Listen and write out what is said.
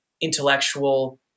intellectual